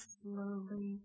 slowly